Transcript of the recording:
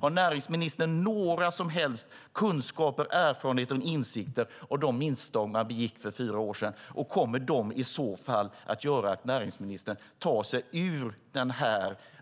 Har näringsministern några som helst kunskaper, erfarenheter och insikter i fråga om de misstag som begicks för fyra år sedan, och kommer de i så fall att göra att näringsministern tar sig ur den